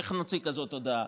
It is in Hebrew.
איך נוציא כזאת הודעה?